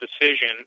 decision